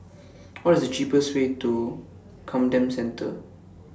What IS The cheapest Way to Camden Centre